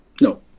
No